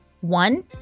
One